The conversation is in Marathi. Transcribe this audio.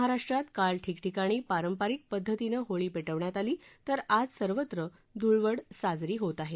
महाराष्ट्रात काल ठिकठिकाणी पारंपारिक पद्धतीनं होळी पेटवण्यात आली तर आज सर्वत्र धुळवड साजरी होत आहे